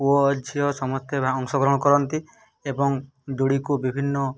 ପୁଅ ଝିଅ ସମସ୍ତେ ଅଂଶଗ୍ରହଣ କରନ୍ତି ଏବଂ ଦୋଳିକୁ ବିଭିନ୍ନ